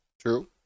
True